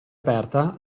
aperta